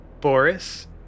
Boris